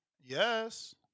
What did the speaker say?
Yes